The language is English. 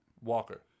Walker